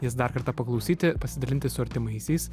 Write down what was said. jas dar kartą paklausyti pasidalinti su artimaisiais